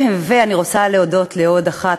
ואני רוצה להודות לעוד אחת,